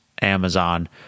Amazon